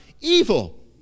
Evil